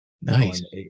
nice